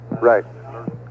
Right